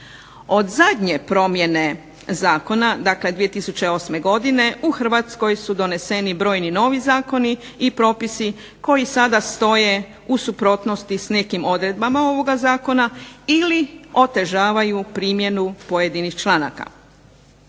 Od zadnje promjene zakona, dakle 2008. godine, u Hrvatskoj su doneseni brojni novi zakoni i propisi koji sada stoje u suprotnosti s nekim odredbama ovoga zakona, ili otežavaju primjenu pojedinih članaka.